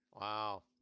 wow